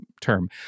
Term